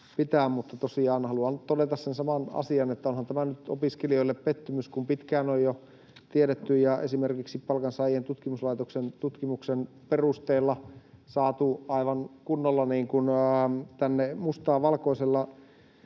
tosiaan todeta sen saman asian, että onhan tämä nyt opiskelijoille pettymys, kun pitkään on jo tiedetty ja esimerkiksi Palkansaajien tutkimuslaitoksen tutkimuksen perusteella saatu aivan kunnolla tänne valtiovallan